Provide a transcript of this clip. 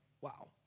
wow